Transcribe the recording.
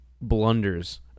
blunders